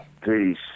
Peace